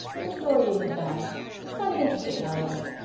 your story isn't bad it's kind of interesting, i'll admit.